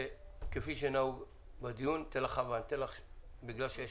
אני אתן לחוה שתתייחס